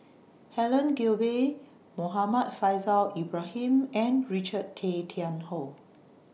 Helen Gilbey Muhammad Faishal Ibrahim and Richard Tay Tian Hoe